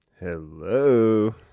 Hello